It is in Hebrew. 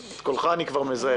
את קולך אני כבר מזהה.